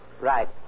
Right